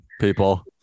people